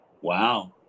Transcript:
Wow